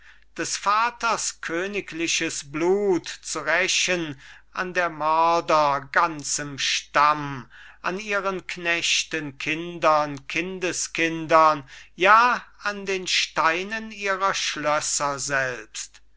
des vaters königliches blut zu rächen an der mörder ganzem stamm an ihren knechten kindern kindeskindern ja an den steinen ihrer schlösser selbst